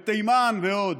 בתימן ועוד.